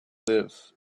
live